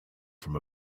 from